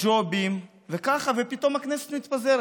ג'ובים וככה, ופתאום הכנסת מתפזרת.